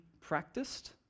practiced